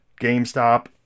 GameStop